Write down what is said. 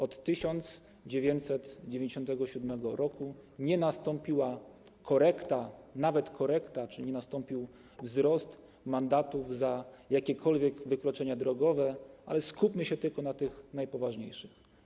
Od 1997 r. nie nastąpiła nawet korekta czy nie nastąpił wzrost kwot mandatów za jakiekolwiek wykroczenia drogowe, ale skupmy się tylko na tych najpoważniejszych.